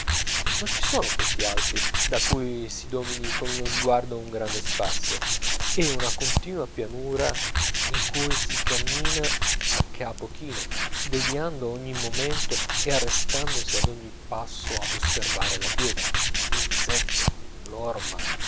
non ci sono punti alti da cui si domini con uno sguardo un grande spazio è una continua pianura in cui si cammina a capo chino deviando ogni momento e arrestandosi ad ogni passo ad osservare la pietra l'insetto l'orma